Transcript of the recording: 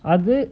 அது:athu